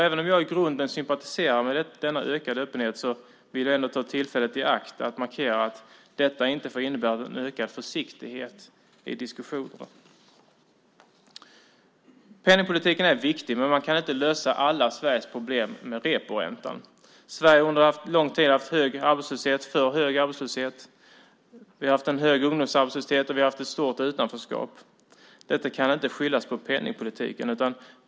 Även om jag i grunden sympatiserar med denna ökade öppenhet vill jag ändå ta tillfället i akt att markera att detta inte får innebära en ökad försiktighet i diskussionerna. Penningpolitiken är viktig, men man kan inte lösa alla Sveriges problem med reporäntan. Sverige har under lång tid haft för hög arbetslöshet. Vi haft en hög ungdomsarbetslöshet, och vi har haft ett stort utanförskap. Detta kan inte skyllas på penningpolitiken.